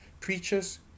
Preachers